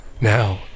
Now